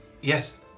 Yes